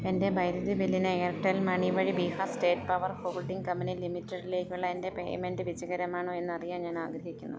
എൻ്റെ വൈദ്യുതി ബില്ലിന് എയർടെൽ മണി വഴി Bihar state power holding company ലിമിറ്റഡിലേക്കുള്ള എൻ്റെ പേയ്മെൻ്റ് വിജയകരമാണോ എന്നറിയാൻ ഞാനാഗ്രഹിക്കുന്നു